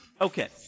Okay